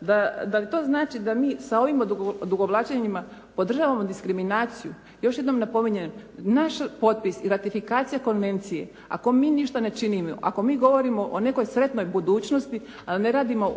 da to znači da mi sa ovim odugovlačenjima podržavamo diskriminaciju. Još jednom napominjem, naš potpis i ratifikacija konvencije, ako mi ništa ne činimo, ako mi govorimo o nekoj sretnoj budućnosti, a ne radimo